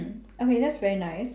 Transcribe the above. okay that's very nice